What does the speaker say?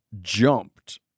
jumped